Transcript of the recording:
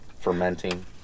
fermenting